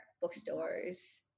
bookstores